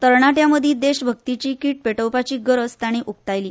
तरणाट्यां मदीं देशभक्तीची कीट पेटोवपाची गरज तांणी उकतायली